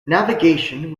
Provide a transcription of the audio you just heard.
navigation